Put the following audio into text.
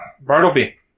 Bartleby